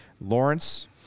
Lawrence